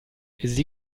sie